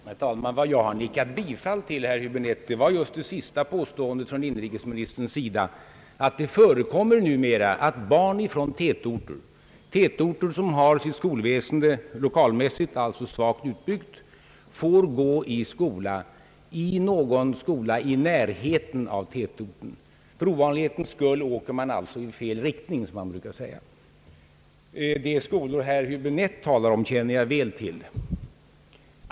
Herr talman! Vad jag har nickat bifall till, herr Höbinette, var just det sista påståendet från inrikesministerns sida att det numera förekommer att barn från tätorter, som har sitt skolväsende lokalmässigt svagt utvecklat, får gå i skola i närheten av tätorten. För ovanlighetens skull åker man alltså i fel riktning, som det heter. De skolor som herr Häbinette talar om känner jag väl till.